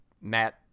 Matt